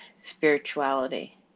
spirituality